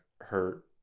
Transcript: hurt